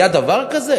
היה דבר כזה?